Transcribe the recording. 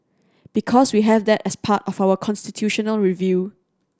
because we have that as part of our constitutional review